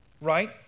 right